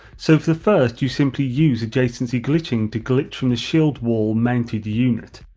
so for the first you simply use adjacency glitching to glitch from the shield wall mounted unit.